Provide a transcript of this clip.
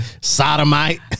Sodomite